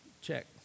check